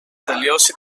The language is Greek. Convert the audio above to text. τελειώσει